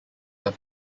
have